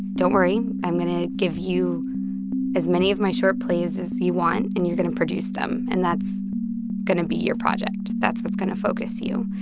don't worry. i'm going to give you as many of my short plays as you want, and you're going to produce them, and that's going to be your project. that's what's going to focus you.